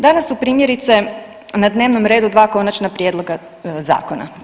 Danas su primjerice na dnevnom redu dva konačna prijedloga zakona.